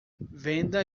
venda